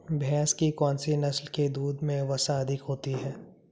भैंस की कौनसी नस्ल के दूध में वसा अधिक होती है?